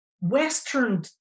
Western